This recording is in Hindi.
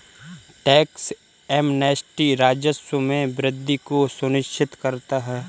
टैक्स एमनेस्टी राजस्व में वृद्धि को सुनिश्चित करता है